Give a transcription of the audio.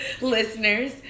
listeners